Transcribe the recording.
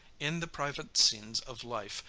in the private scenes of life,